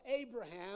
Abraham